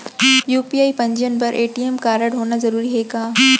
UPI पंजीयन बर ATM कारडहोना जरूरी हे का?